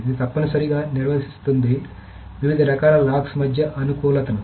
ఇది తప్పనిసరిగా నిర్వచిస్తుంది వివిధ రకాల లాక్స్ మధ్య అనుకూలతను